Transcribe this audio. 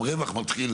גם רווח מתחיל